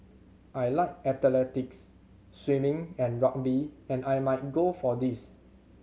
I like athletics swimming and rugby and I might go for these